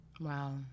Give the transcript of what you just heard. Wow